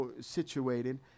situated